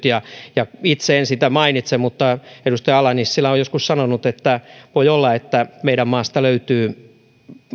ja ja itse en sitä mainitse mutta edustaja ala nissilä on joskus sanonut että voi olla että meidän maastamme löytyy